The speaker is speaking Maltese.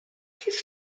kif